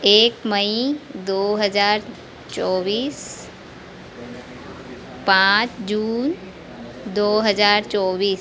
एक मई दो हज़ार चौबीस पाँच जून दो हज़ार चौबीस